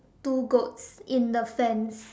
two goats in the fence